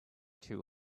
too